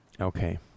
Okay